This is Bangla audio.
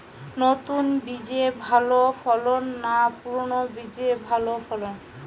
নতুন বীজে ভালো ফলন না পুরানো বীজে ভালো ফলন?